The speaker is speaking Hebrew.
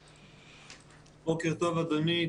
בוקר טוב אדוני.